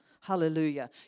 Hallelujah